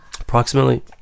approximately